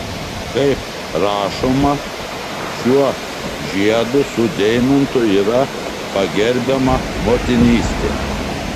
kaip rašoma šiuo žiedu su deimantu yra pagerbiama motinystė